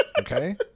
okay